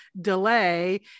delay